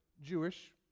Jewish